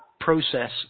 process